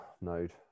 Node